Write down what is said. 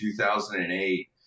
2008